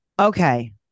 Okay